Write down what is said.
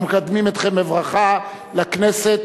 אנחנו מקדמים אתכם בברכה בכנסת,